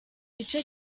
igice